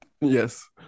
yes